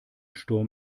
sturm